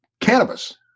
cannabis